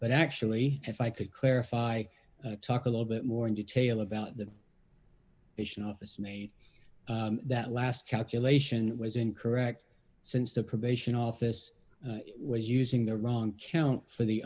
but actually if i could clarify talk a little bit more in detail about the mission officemate that last calculation was incorrect since the probation office was using the wrong count for the